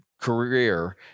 career